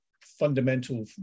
fundamental